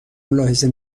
ملاحظه